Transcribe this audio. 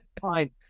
Fine